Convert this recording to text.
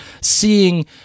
Seeing